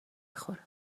خوره